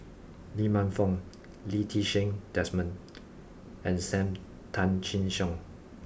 Lee Man Fong Lee Ti Seng Desmond and Sam Tan Chin Siong